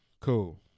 Cool